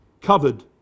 covered